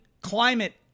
climate